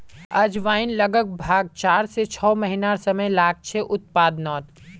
अजवाईन लग्ब्भाग चार से छः महिनार समय लागछे उत्पादनोत